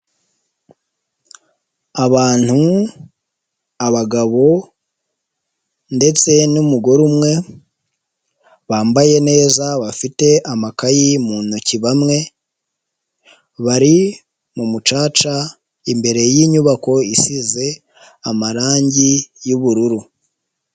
Abantu, abagabo ndetse n'umugore umwe bambaye neza bafite amakayi mu ntoki bamwe bari mu mucaca imbere y'inyubako isize amarangi y'ubururu.